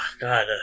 God